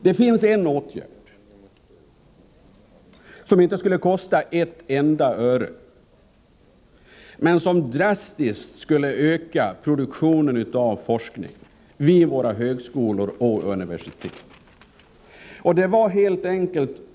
Det finns en åtgärd som inte skulle kosta ett enda öre men som drastiskt skulle öka produktionen av forskning vid våra högskolor och universitet.